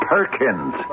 Perkins